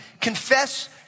Confess